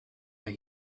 that